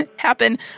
happen